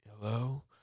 hello